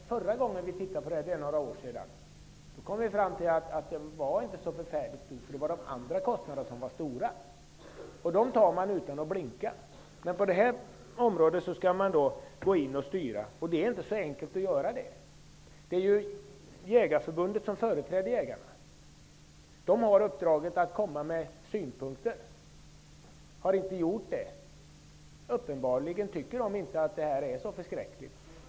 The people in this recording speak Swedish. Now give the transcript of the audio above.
Förra gången vi undersökte frågan, för några år sedan, kom vi fram till att den kostnaden inte var så förfärligt stor, utan det var de andra kostnaderna som var stora. Det accepterade man utan att blinka, men nu vill man in och styra, vilket inte är så enkelt att göra. Det är Jägareförbundet som företräder jägarna. Det har uppdraget att komma med synpunkter men har inte gjort det. Uppenbarligen tycker man där inte att det här är så förskräckligt.